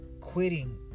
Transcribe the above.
quitting